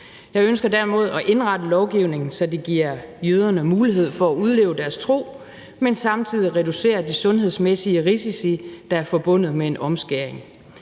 Jeg ønsker derimod at indrette lovgivningen, så det giver jøderne mulighed for at udleve deres tro, men så det samtidig reducerer de sundhedsmæssige risici, der er forbundet med en omskæring,